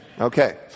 okay